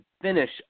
finish